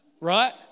right